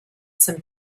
some